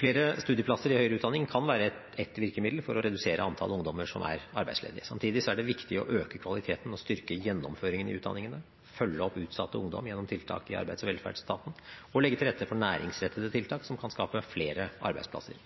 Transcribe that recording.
Flere studieplasser i høyere utdanning kan være ett virkemiddel for å redusere antall ungdommer som er arbeidsledige. Samtidig er det viktig å øke kvaliteten og styrke gjennomføringen i utdanningene, følge opp utsatt ungdom gjennom tiltak i Arbeids- og velferdsetaten og legge til rette for næringsrettede tiltak som kan skape flere arbeidsplasser.